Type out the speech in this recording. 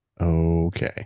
Okay